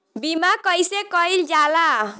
बीमा कइसे कइल जाला?